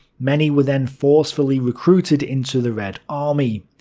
many were then forcefully recruited into the red army.